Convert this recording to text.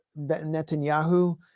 netanyahu